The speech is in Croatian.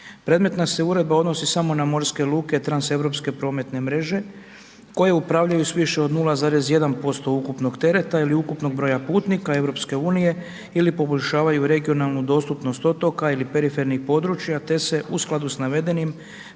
Predmetna se uredba odnosi samo na morske luke, transeuropske prometne mreže, koje upravljaju s više od 0,1% ukupnog tereta ili ukupnog broja putnika EU ili poboljšavaju regionalnu dostupnost otoka ili perifernih područja, te se u skladu s navedenim